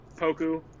Poku